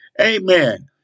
Amen